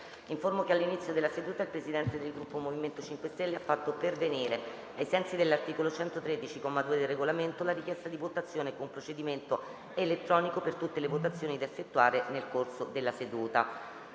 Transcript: che all'inizio della seduta il Presidente del Gruppo MoVimento 5 Stelle ha fatto pervenire, ai sensi dell'articolo 113, comma 2, del Regolamento, la richiesta di votazione con procedimento elettronico per tutte le votazioni da effettuare nel corso della seduta.